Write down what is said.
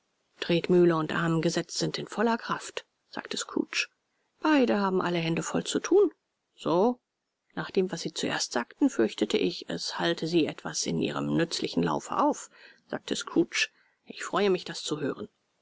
tretmühle und armengesetz sind in voller kraft sagte scrooge beide haben alle hände voll zu thun so nach dem was sie zuerst sagten fürchtete ich es halte sie etwas in ihrem nützlichen laufe auf sagte scrooge ich freue mich das zu hören